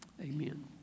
amen